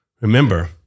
Remember